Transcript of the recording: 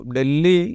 Delhi